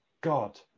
God